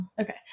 okay